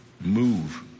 move